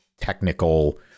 technical